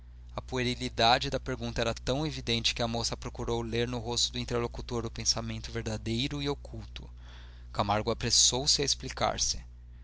a puerilidade da pergunta era tão evidente que a moça procurou ler no rosto do interlocutor o pensamento verdadeiro e oculto camargo apressou-se a explicar-se